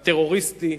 הטרוריסטי,